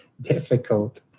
difficult